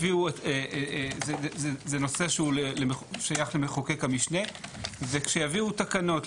זה נושא ששייך לתקנות המשנה וכשיביאו תקנות,